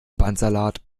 bandsalat